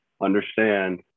understand